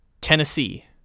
Tennessee